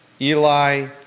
Eli